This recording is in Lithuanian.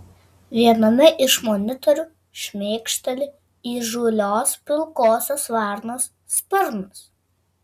viename iš monitorių šmėkšteli įžūlios pilkosios varnos sparnas